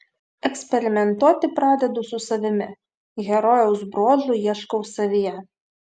eksperimentuoti pradedu su savimi herojaus bruožų ieškau savyje